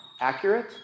Accurate